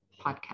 podcast